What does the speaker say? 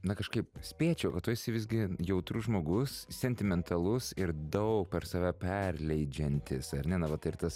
na kažkaip spėčiau kad tu esi visgi jautrus žmogus sentimentalus ir daug per save perleidžiantis ar ne na vat ir tas